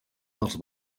dels